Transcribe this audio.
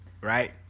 right